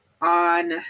on